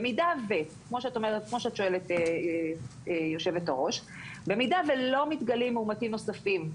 במידה וכמו שאת שואלת גברתי יושבת הראש ולא מתגלים מאומתים נוספים,